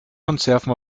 konserven